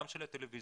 גם של הטלוויזיה,